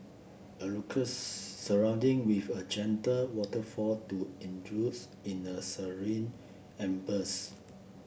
a surrounding with a gentle waterfall to in a serene ambience